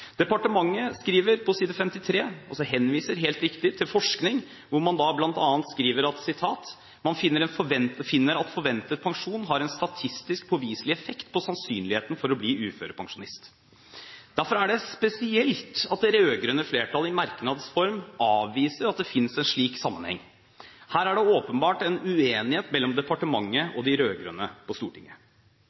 Departementet skriver på side 53 i proposisjonen – og henviser, helt riktig, til forskning – at man «finner at forventet pensjon har en statistisk påviselig effekt på sannsynligheten for å bli uførepensjonist». Derfor er det spesielt at det rød-grønne flertallet i merknads form avviser at det finnes en slik sammenheng. Her er det åpenbart en uenighet mellom departementet og de rød-grønne på Stortinget.